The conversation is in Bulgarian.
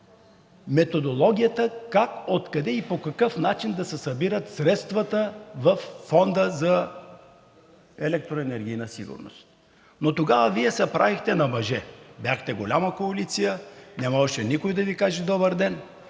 методологията как, откъде и по какъв начин да се събират средствата във Фонда за електроенергийна сигурност. Но тогава Вие се правихте на мъже. Бяхте голяма коалиция, не можеше никой да Ви каже добър ден,